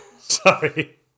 Sorry